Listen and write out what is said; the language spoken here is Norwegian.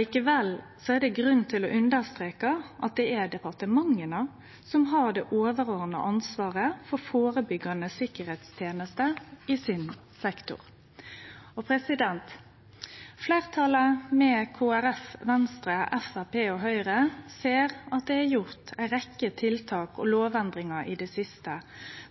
Likevel er det grunn til å understreke at det er departementa som har det overordna ansvaret for førebyggjande sikkerheitstenester i sin sektor. Fleirtalet – med Kristeleg Folkeparti, Venstre, Framstegspartiet og Høgre – ser at det er gjort ei rekke tiltak og lovendringar i det siste